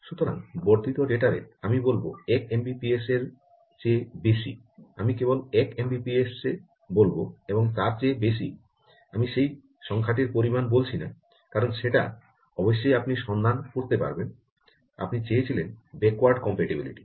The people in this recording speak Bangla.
সুতরাং বর্ধিত ডেটা রেট আমি বলব এক এমবিপিএসের চেয়ে বেশি আমি কেবল এক এমবিপিএস বলব এবং তার চেয়ে বেশি আমি সেই সংখ্যাটির পরিমাণ বলছি না কারণ সেটা অবশ্যই আপনি সন্ধান করতে পারবেন আপনি চেয়েছিলেন ব্যাকওয়ার্ড কম্প্যাটিবিলিটি